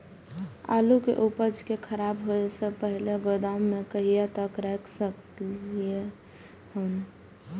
आलु के उपज के खराब होय से पहिले गोदाम में कहिया तक रख सकलिये हन?